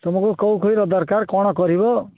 ତୁମକୁ କେଉଁ କ୍ଷୀର ଦରକାର କ'ଣ କରିବ